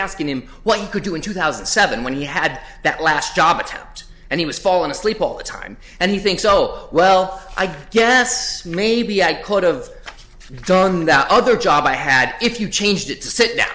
asking him what he could do in two thousand and seven when he had that last job attempt and he was falling asleep all the time and he thinks oh well i guess maybe i could've done that other job i had if you changed it to sit down